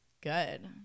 good